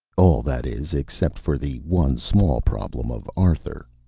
all, that is, except for the one small problem of arthur.